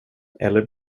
eller